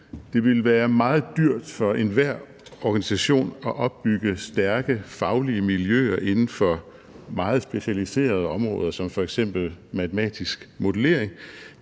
Det ville være meget dyrt for enhver organisation at opbygge stærke faglige miljøer inden for meget specialiserede områder som f.eks. matematisk modellering